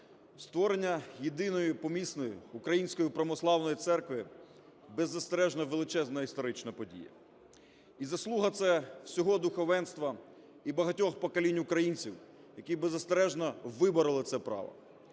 Створення єдиної помісної української Православної Церкви – беззастережно величезна історична подія. І заслуга це всього духовенства і багатьох поколінь українців, які беззастережно вибороли це право.